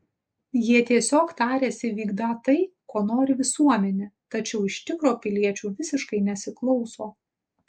jie tiesiog tariasi vykdą tai ko nori visuomenė tačiau iš tikro piliečių visiškai nesiklauso